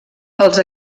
els